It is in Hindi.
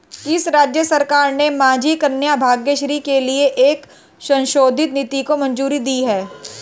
किस राज्य सरकार ने माझी कन्या भाग्यश्री के लिए एक संशोधित नीति को मंजूरी दी है?